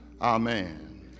amen